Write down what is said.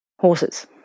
horses